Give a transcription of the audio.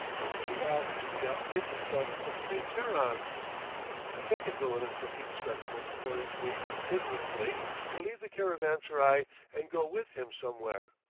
for which he asks the outrageous sum of three kerans a second villainous-looking specimen worries me continuously to leave the caravanserai and go with him somewhere.